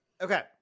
Okay